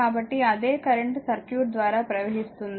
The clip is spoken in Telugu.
కాబట్టి అదే కరెంట్ సర్క్యూట్ ద్వారా ప్రవహిస్తుంది